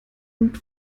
und